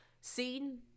seen